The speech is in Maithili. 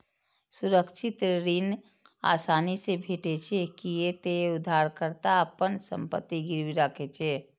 सुरक्षित ऋण आसानी से भेटै छै, कियै ते उधारकर्ता अपन संपत्ति गिरवी राखै छै